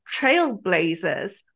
trailblazers